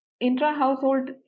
intra-household